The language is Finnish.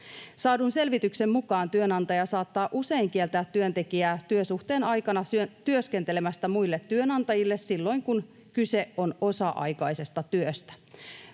Saadun selvityksen mukaan työnantaja saattaa usein kieltää työntekijää työsuhteen aikana työskentelemästä muille työnantajille silloin, kun kyse on osa-aikaisesta työstä.